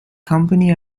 company